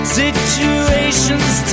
situations